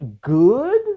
good